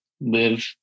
live